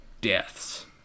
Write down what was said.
deaths